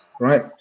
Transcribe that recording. right